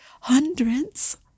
hundreds